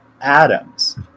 atoms